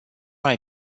mai